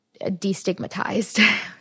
destigmatized